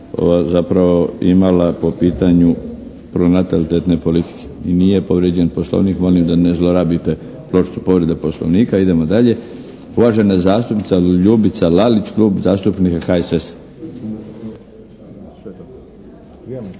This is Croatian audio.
zapravo imala po pitanju pronatalitetne politike i nije povrijeđen Poslovnik. Molim da ne zlorabite pločicu "povreda Poslovnika". Idemo dalje. Uvažena zastupnica Ljubica Lalić, Klub zastupnika HSS-a.